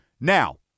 Now